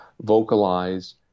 vocalize